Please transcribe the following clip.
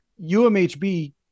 UMHB